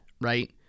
right